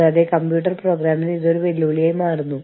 കൂടാതെ ഇത് വ്യത്യസ്ത രാജ്യങ്ങളിൽ വ്യത്യസ്തമായിരിക്കാം